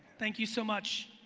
thank you so much.